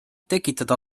tekitada